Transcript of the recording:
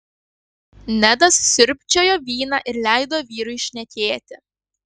nedas siurbčiojo vyną ir leido vyrui šnekėti